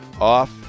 off